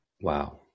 Wow